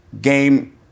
game